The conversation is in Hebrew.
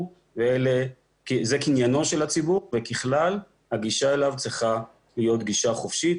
וזה קניינו של הציבור וככלל הגישה אליו צריכה להיות גישה חופשית.